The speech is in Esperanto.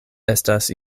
estas